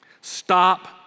Stop